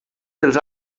dels